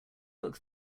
look